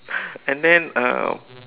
and then um